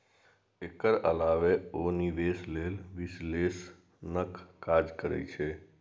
एकर अलावे ओ निवेश लेल विश्लेषणक काज करै छै